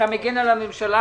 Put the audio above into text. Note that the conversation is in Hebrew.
אתה מגן על הממשלה,